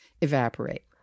evaporate